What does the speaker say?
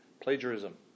Plagiarism